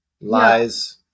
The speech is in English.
Lies